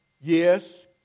yes